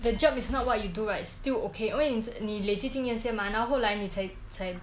the job is not what you do right is still okay 因为你累积经验先吗然后后来你才才